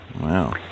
Wow